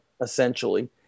essentially